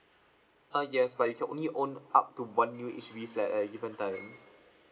ah yes but you can only own up to one new H_D_B flat at a given time